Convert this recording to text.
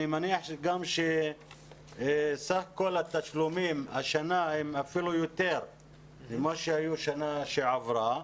אני מניח שסך כל התשלומים השנה הם אפילו יותר ממה שהיו בשנה שעברה,